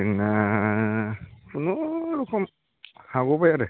जोंना खुनुरुखुम हागबाय आरो